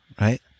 right